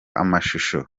amashusho